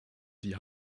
die